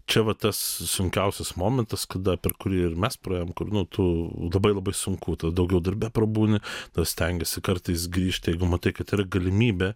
čia va tas sunkiausias momentas kada per kurį ir mes praėjom kur nu tu labai labai sunku tada daugiau darbe prabūni tada stengiasi kartais grįžti jeigu matai kad yra galimybė